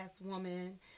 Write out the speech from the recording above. woman